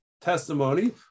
testimony